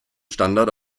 standard